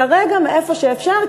כרגע מאיפה שאפשר,